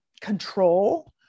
control